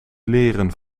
leren